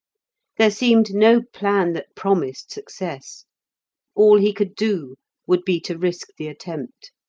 there seemed no plan that promised success all he could do would be to risk the attempt.